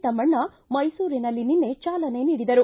ತಮಣ್ಣ ಮೈಸೂರಿನಲ್ಲಿ ನಿನ್ನೆ ಚಾಲನೆ ನೀಡಿದರು